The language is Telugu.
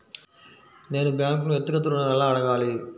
నేను బ్యాంక్ను వ్యక్తిగత ఋణం ఎలా అడగాలి?